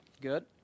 Good